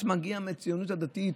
שמגיע מהציונות הדתית,